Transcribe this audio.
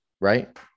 right